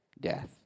death